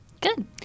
Good